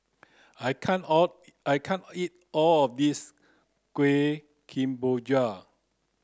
I can't all I can't eat all of this Kuih Kemboja